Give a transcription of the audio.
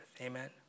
amen